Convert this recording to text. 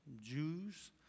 Jews